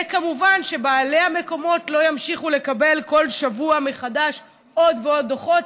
וכמובן שבעלי המקומות לא ימשיכו לקבל כל שבוע מחדש עוד ועוד דוחות,